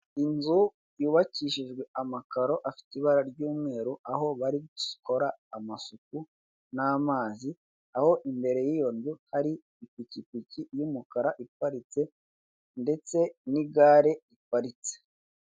Inzu yubakishijwe amakaro afite ibara ry'umweru aho bari gukora amasuku n'amazi, aho imbere yiyo nzu hari ipikipiki y'umukara iparitse ndetse n'igare riparitse.